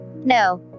No